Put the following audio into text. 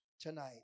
tonight